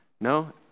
No